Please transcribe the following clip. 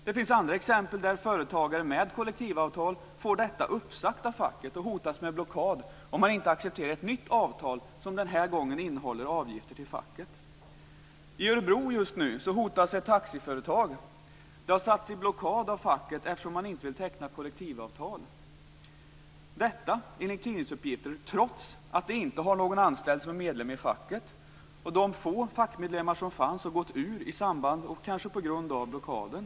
Det finns också exempel där företagare med kollektivavtal får detta uppsagt av facket och hotas med blockad om man inte accepterar ett nytt avtal som den här gången innehåller avgifter till facket. I Örebro hotas just nu ett taxiföretag. Det har satts i blockad av facket eftersom det inte vill teckna kollektivavtal. Detta sker enligt tidningsuppgifter trots att det inte har någon anställd som är medlem i facket. De få fackmedlemmar som fanns har gått ur i samband med, och kanske på grund av, blockaden.